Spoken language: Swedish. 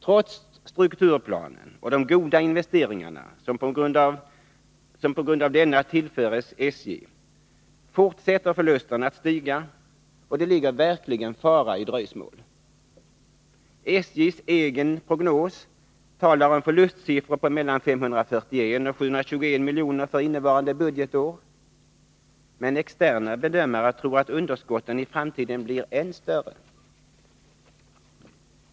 Trots strukturplanen och de goda investeringarna, som på grund av denna tillförs SJ, fortsätter förlusterna att stiga, och det ligger verkligen fara i dröjsmålet. SJ:s egen prognos talar om förlustsiffror på mellan 541 och 721 miljoner för innevarande budgetår, men externa bedömare tror att underskotten i framtiden blir än större.